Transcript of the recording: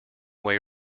way